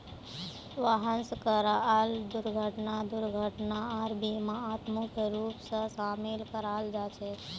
वाहन स कराल दुर्घटना दुर्घटनार बीमात मुख्य रूप स शामिल कराल जा छेक